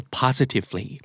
positively